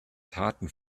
taten